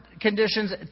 conditions